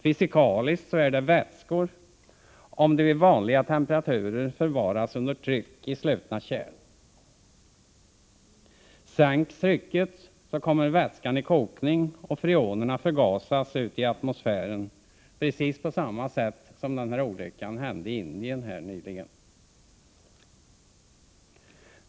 Fysikaliskt är de vätskor, om de vid vanliga temperaturer förvaras under tryck i slutna kärl. Sänks trycket kommer vätskan i kokning, varvid freonerna förgasas och går ut i atmosfären — på samma sätt som skedde nyligen vid den stora olyckan i Indien.